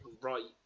right